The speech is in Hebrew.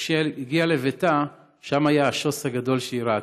וכשהיא הגיעה לביתה, שם היה השוס הגדול שהיא ראתה.